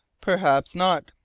perhaps not,